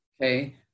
Okay